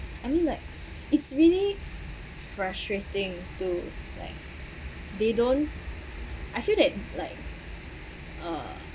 I mean like it's really frustrating to like they don't I feel that like uh